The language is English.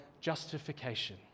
justification